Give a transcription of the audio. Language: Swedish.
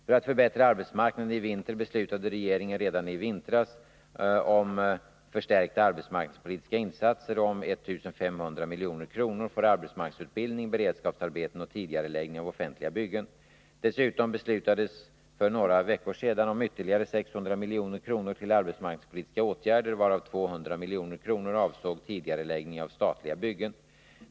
För att förbättra arbetsmarknaden i vinter beslutade regeringen redan i vintras om förstärkta arbetsmarknadspolitiska insatser om 1 500 milj.kr. för arbetsmarknadsutbildning, beredskapsarbeten och tidigareläggning av offentliga byggen. Dessutom beslutades för några veckor sedan om ytterligare 600 milj.kr. till arbetsmarknadspolitiska åtgärder, varav 200 milj.kr. avsåg tidigareläggning av statliga byggen.